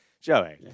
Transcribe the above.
Joey